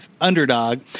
underdog